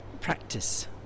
practice